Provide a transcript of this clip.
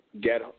get